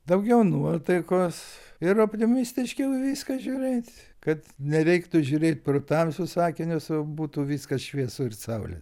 daugiau nuotaikos ir optimistiškiau į viską žiūrėt kad nereiktų žiūrėt pro tamsius akinius o būtų viskas šviesu ir saulė